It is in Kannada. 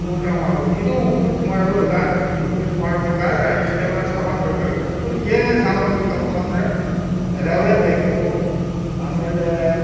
ಊಟ ಮಾಡಬೇಕು ಇದು ಉಪ್ಪಿಟ್ಟು ಮಾಡೋ ವಿಧಾನ ಇದು ಉಪ್ಪಿಟ್ಟು ಮಾಡಬೇಕಾದ್ರೆ ಇಷ್ಟೆಲ್ಲ ಸಾಮಾನು ಬೇಕಾಗುತ್ತೆ ಉಪ್ಪಿಟ್ಟಿಗೆ ಏನೇನು ಸಾಮಾನು ಬೇಕಪ್ಪ ಅಂದರೆ ರವೆ ಬೇಕು ಆಮೇಲೆ